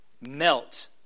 Melt